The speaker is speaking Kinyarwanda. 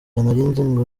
ngo